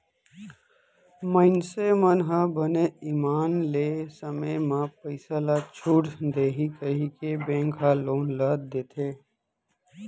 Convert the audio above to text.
मइनसे मन ह बने ईमान ले समे म पइसा ल छूट देही कहिके बेंक ह लोन ल देथे